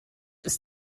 ist